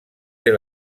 ser